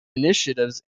initiatives